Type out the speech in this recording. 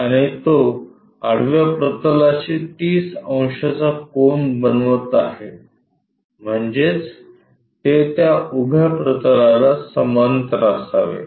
आणि तो आडव्या प्रतलाशी 30 अंशाचा कोन बनवत आहे म्हणजेच ते त्या उभ्या प्रतलाला समांतर असावे